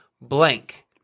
blank